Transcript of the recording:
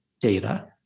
data